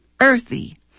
earthy